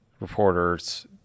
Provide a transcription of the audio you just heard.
reporters—